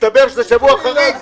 יסתבר שזה שבוע חריג,